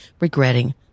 regretting